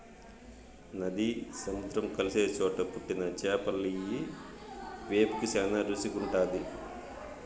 నది, సముద్రం కలిసే చోట పుట్టిన చేపలియ్యి వేపుకు శానా రుసిగుంటాది